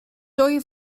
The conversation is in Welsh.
dwy